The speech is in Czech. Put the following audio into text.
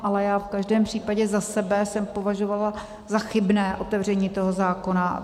Ale v každém případě za sebe jsem považovala za chybné otevření tohoto zákona.